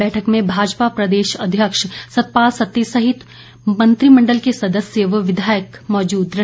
बैठक में भाजपा प्रदेश अध्यक्ष सतपाल सत्ती सहित मंत्रिमंडल के सदस्य व विधायक भी मौजूद रहे